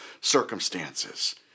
circumstances